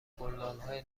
گلدانهای